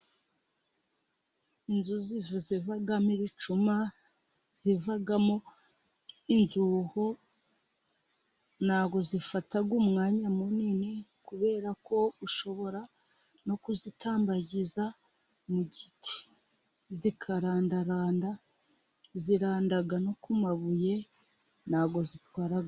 Inzuzi zivamo ibicuma, zivamo inzuho, ntabwo zifata umwanya munini, kubera ko ushobora no kuzitambagiza mu giti zikarandaranda, ziranda no ku mabuye ntabwo zitwara umwanya.